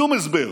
שום הסבר,